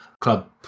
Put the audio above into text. club